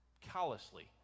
callously